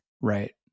Right